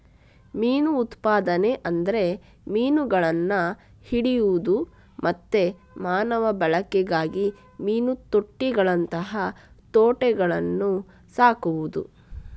ಮೀನು ಉತ್ಪಾದನೆ ಅಂದ್ರೆ ಮೀನುಗಳನ್ನ ಹಿಡಿಯುದು ಮತ್ತೆ ಮಾನವ ಬಳಕೆಗಾಗಿ ಮೀನು ತೊಟ್ಟಿಗಳಂತಹ ತೊಟ್ಟಿಗಳಲ್ಲಿ ಸಾಕುದು